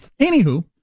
Anywho